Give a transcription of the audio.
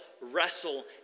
wrestle